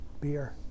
beer